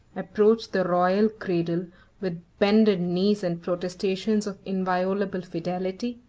approach the royal cradle with bended knees and protestations of inviolable fidelity?